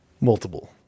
multiple